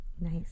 Nice